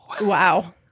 Wow